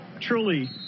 truly